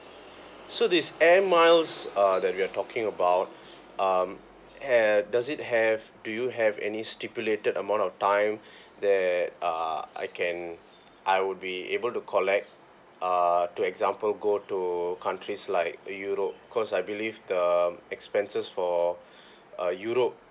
so this airmiles that we're talking about um and does it have do you have any stipulated amount of time that uh I can I would be able to collect uh to example go to countries like europe cause I believe the expenses for uh europe